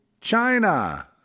China